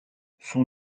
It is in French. son